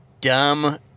dumb